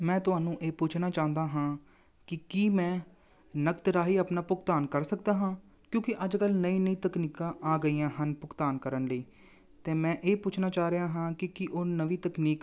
ਮੈਂ ਤੁਹਾਨੂੰ ਇਹ ਪੁੱਛਣਾ ਚਾਹੁੰਦਾ ਹਾਂ ਕਿ ਕੀ ਮੈਂ ਨਕਦ ਰਾਹੀਂ ਆਪਣਾ ਭੁਗਤਾਨ ਕਰ ਸਕਦਾ ਹਾਂ ਕਿਉਂਕਿ ਅੱਜ ਕੱਲ ਨਵੀਂ ਨਵੀਂ ਤਕਨੀਕਾਂ ਆ ਗਈਆਂ ਹਨ ਭੁਗਤਾਨ ਕਰਨ ਲਈ ਅਤੇ ਮੈਂ ਇਹ ਪੁੱਛਣਾ ਚਾਹ ਰਿਹਾ ਹਾਂ ਕਿ ਕੀ ਉਹ ਨਵੀਂ ਤਕਨੀਕ